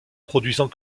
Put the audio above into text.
produisent